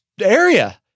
area